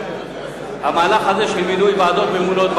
המהלך של מינוי ועדות ממונות,